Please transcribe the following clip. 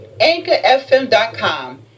anchorfm.com